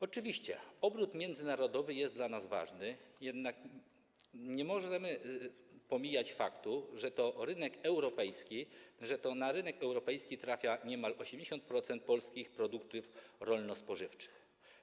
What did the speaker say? Oczywiście obrót międzynarodowy jest dla nas ważny, jednak nie możemy pomijać faktu, że to na rynek europejski trafia niemal 80% polskich produktów rolno-spożywczych.